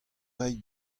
reiñ